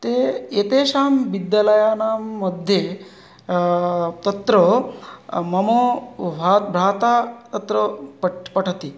ते एतेषां विद्यालयानां मध्ये तत्र मम भ्राता तत्र पठ् पठति